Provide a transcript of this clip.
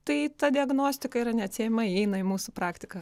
tai ta diagnostika yra neatsiejama įeina į mūsų praktiką